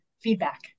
feedback